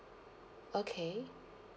okay